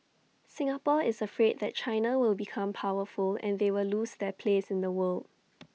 Singapore is afraid that China will become powerful and they will lose their place in the world